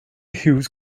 hughes